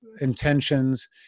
intentions